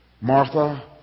Martha